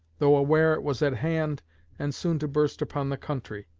though aware it was at hand and soon to burst upon the country.